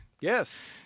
Yes